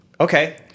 okay